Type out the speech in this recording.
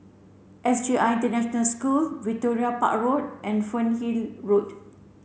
S J I International School Victoria Park Road and Fernhill Road